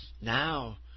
now